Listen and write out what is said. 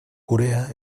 corea